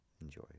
enjoy